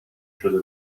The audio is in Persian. شده